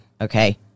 Okay